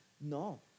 No